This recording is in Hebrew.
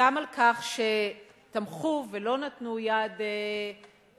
גם על כך שתמכו ולא נתנו יד להתנגדות,